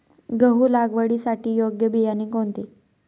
गहू लागवडीसाठी योग्य बियाणे कोणते?